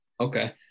Okay